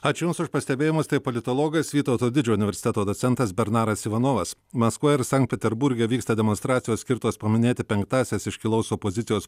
ačiū jums už pastebėjimus tai politologas vytauto didžiojo universiteto docentas bernaras ivanovas maskva ir sankt peterburge vyksta demonstracijos skirtos paminėti penktąsias iškilaus opozicijos